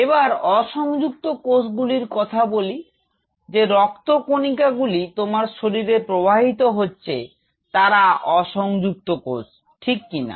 এবার অসংযুক্ত কোষগুলির কথা বলি যে রক্ত কনিকাগুলি তোমার শরীরে প্রবাহিত হচ্ছে তারা অসংযুক্ত কোষ ঠিক কিনা